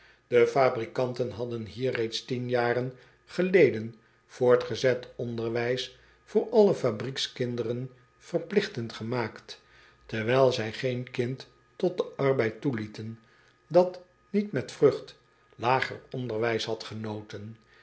e fabrikanten hadden hier reeds tien jaren geleden voortgezet onderwijs voor alle fabriekskinderen verpligtend gemaakt terwijl zij geen kind tot den arbeid toelieten dat niet met vrucht lager onderwijs had genoten